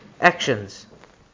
actions